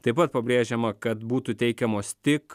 taip pat pabrėžiama kad būtų teikiamos tik